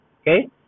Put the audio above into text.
okay